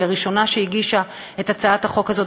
שהיא הראשונה שהגישה את הצעת החוק הזאת,